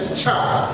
chance